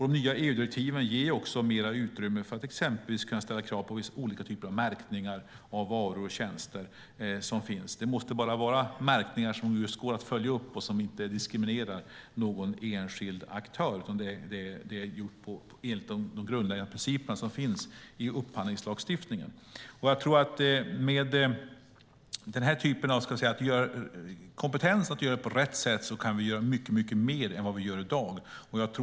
De nya EU-direktiven ger också mer utrymme för att exempelvis kunna ställa krav på just olika typer av märkningar av varor och tjänster. Det måste dock vara just märkningar som går att följa upp och som inte diskriminerar någon enskild aktör. Det ska göras enligt de grundläggande principer som finns i upphandlingslagstiftningen. Med kompetens att göra det på rätt sätt kan vi göra mycket mer än i dag.